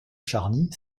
charny